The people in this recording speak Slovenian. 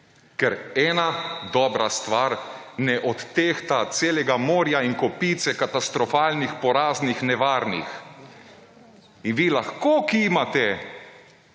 ker ena dobra stvar ne odtehta celega morja in kopice katastrofalnih, poraznih, nevarnih. In vi lahko kimate,